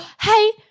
Hey